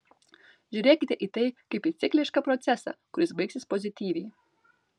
žiūrėkite į tai kaip į ciklišką procesą kuris baigsis pozityviai